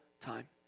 time